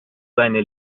seine